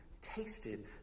tasted